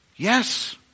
Yes